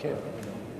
גם עראק, כן.